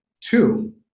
two